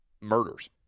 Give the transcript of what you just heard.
murders